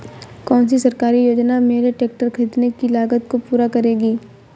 कौन सी सरकारी योजना मेरे ट्रैक्टर ख़रीदने की लागत को पूरा करेगी?